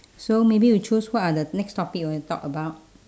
so maybe you choose what are the next topic you want to talk about